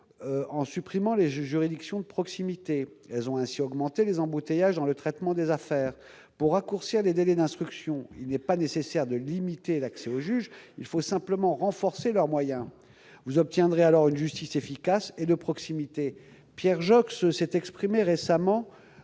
la suppression des juridictions de proximité. Elles ont ainsi augmenté les embouteillages dans le traitement des affaires. Pour raccourcir les délais d'instruction, il n'est pas nécessaire de limiter l'accès au juge : il faut simplement renforcer leurs moyens. Vous obtiendrez alors une justice efficace et de proximité. Pierre Joxe s'est exprimé récemment